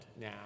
now